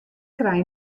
krij